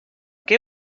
què